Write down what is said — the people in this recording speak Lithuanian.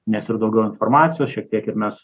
nes ir daugiau informacijos šiek tiek ir mes